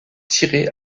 tirer